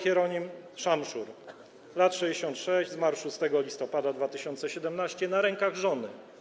Hieronim Szamszur, lat 66, zmarł 6 listopada 2017 r. na rękach żony.